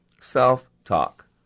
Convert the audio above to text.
self-talk